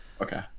Okay